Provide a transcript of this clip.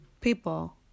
people